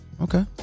Okay